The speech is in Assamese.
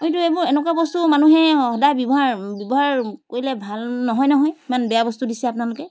আমিতো এইবোৰ এনেকুৱা বস্তু মানুহে সদাই ব্যৱহাৰ ব্যৱহাৰ কৰিলে ভাল নহয় নহয় ইমান বেয়া বস্তু দিছে আপোনালোকে